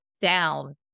down